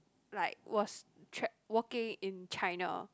like was tra~ working in China